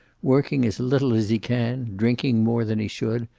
working as little as he can, drinking more than he should,